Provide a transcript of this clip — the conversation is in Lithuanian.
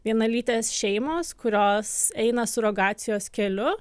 vienalytės šeimos kurios eina surogacijos keliu